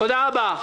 תודה רבה.